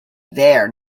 their